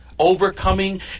Overcoming